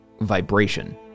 vibration